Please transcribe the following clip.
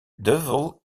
duvel